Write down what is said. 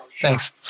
Thanks